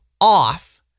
off